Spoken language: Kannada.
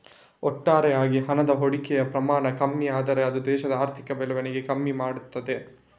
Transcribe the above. ಒಟ್ಟಾರೆ ಆಗಿ ಹಣದ ಹೂಡಿಕೆಯ ಪ್ರಮಾಣ ಕಮ್ಮಿ ಆದ್ರೆ ಅದು ದೇಶದ ಆರ್ಥಿಕ ಬೆಳವಣಿಗೆ ಕಮ್ಮಿ ಮಾಡ್ತದೆ